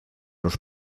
los